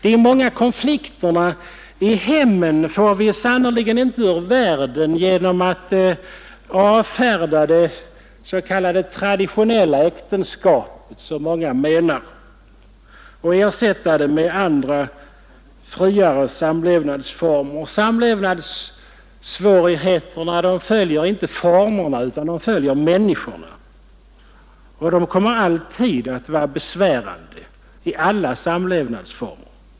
De många konflikterna i hemmen får vi sannerligen inte ur världen genom att avfärda det s.k. traditionella äktenskapet, som många menar, och ersätta det med andra, friare samlevnadsformer. Samlevnadssvårigheterna följer inte formerna utan människorna, och det kommer alltid att vara problem i alla samlevnadsformer.